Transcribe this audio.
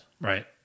right